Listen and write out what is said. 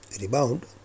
rebound